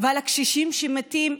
ועל הקשישים שמתים?